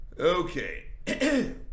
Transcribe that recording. Okay